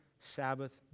sabbath